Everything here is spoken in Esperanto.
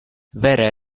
vere